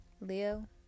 Leo